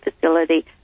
facility